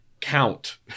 count